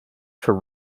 for